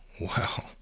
Wow